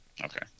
Okay